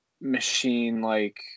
machine-like